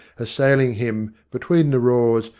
assailing him, between the roars,